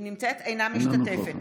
אינה משתתפת